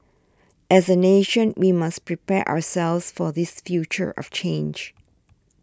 as a nation we must prepare ourselves for this future of change